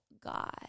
God